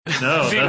No